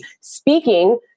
speaking